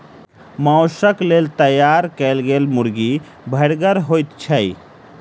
मौसक लेल तैयार कयल गेल मुर्गी भरिगर होइत छै